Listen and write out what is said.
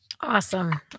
Awesome